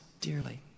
dearly